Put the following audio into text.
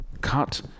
cut